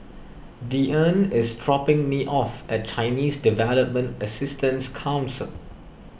Deeann is dropping me off at Chinese Development Assistance Council